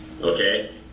okay